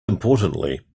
importantly